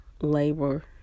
labor